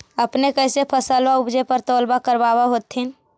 अपने कैसे फसलबा उपजे पर तौलबा करबा होत्थिन?